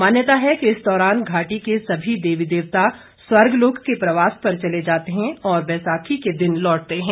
मान्यता है कि इस दौरान घाटी के सभी देवी देवता स्वर्गलोक के प्रवास पर चले जाते हैं और बैसाखी के दिन लौटते हैं